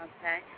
Okay